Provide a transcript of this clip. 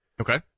Okay